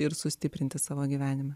ir sustiprinti savo gyvenimą